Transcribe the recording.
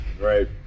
Right